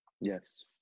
Yes